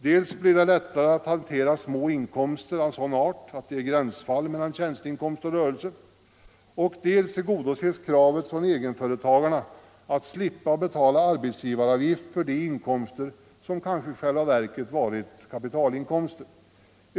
Dels blir det lättare att hantera små inkomster av sådan art att de är gränsfall mellan tjänsteinkomst och inkomst av rörelse, dels tillgodoses kravet från egenföretagarna att slippa betala arbetsgivaravgift för de inkomster som kanske i själva verket varit kapitalinkomster.